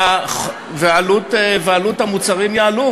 ועלות המוצרים תגדל.